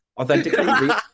authentically